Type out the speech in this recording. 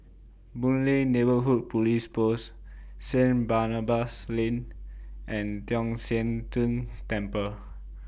Boon Lay Neighbourhood Police Post Saint Barnabas Lane and Tong Sian Tng Temple